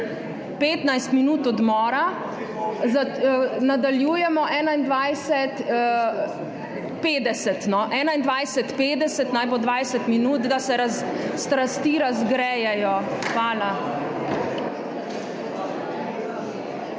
15 minut odmora. Nadaljujemo ob 21.50, no. Naj bo 20 minut, da se strasti razgrejejo. Hvala.